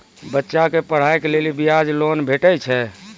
बच्चाक पढ़ाईक लेल बिना ब्याजक लोन भेटै छै?